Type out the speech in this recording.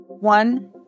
One